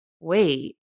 wait